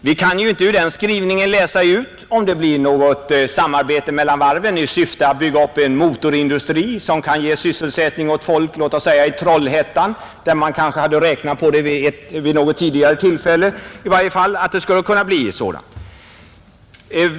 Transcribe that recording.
Vi kan t.ex. inte ur den skrivningen läsa ut om det blir något samarbete mellan varven i syfte att bygga upp en motorindustri som kan ge sysselsättning åt folk, låt säga i Trollhättan, där man kanske har räknat med en sådan möjlighet.